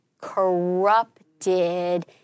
corrupted